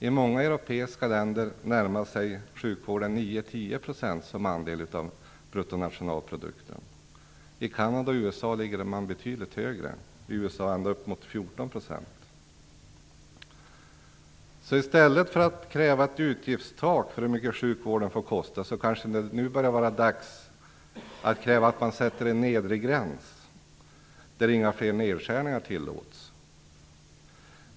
I många europeiska länder närmar sig sjukvården 9-10 % som andel av bruttonationalprodukten. I Kanada och USA ligger andelen betydligt högre, i USA ända upp emot 14 %. I stället för att kräva ett utgiftstak för hur mycket sjukvården får kosta, börjar det därför nu kanske vara dags för att kräva att man sätter en nedre gräns, under vilken inga fler nedskärningar tillåts.